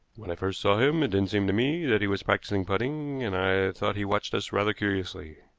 when i first saw him it didn't seem to me that he was practicing putting, and i thought he watched us rather curiously.